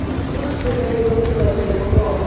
ꯌꯨꯝ ꯁꯦꯟꯗꯣꯛ ꯅꯤꯡꯉꯥꯏꯁꯨ ꯂꯩꯇꯦꯕꯀꯣ